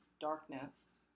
darkness